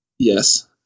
Yes